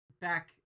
back